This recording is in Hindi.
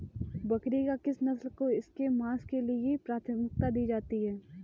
बकरी की किस नस्ल को इसके मांस के लिए प्राथमिकता दी जाती है?